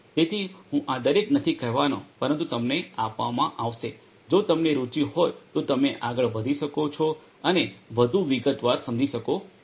તેથી હું આ દરેક નથી કહેવાનો પરંતુ તમને આપવામાં આવશે જો તમને રુચિ હોય તો તમે આગળ વધી શકો છો અને વધુ વિગતવાર સમજી શકો છો